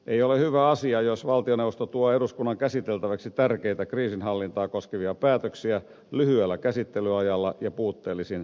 ei ole hyvä asia jos valtioneuvosto tuo eduskunnan käsiteltäväksi tärkeitä kriisinhallintaa koskevia päätöksiä lyhyellä käsittelyajalla ja puutteellisin tiedoin